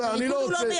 בדיוק נכון מאוד.